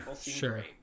sure